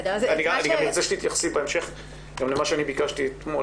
אני גם ארצה שתתייחסי בהמשך גם למה שאני ביקשתי אתמול,